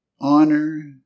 honor